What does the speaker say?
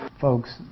Folks